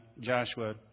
Joshua